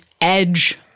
edge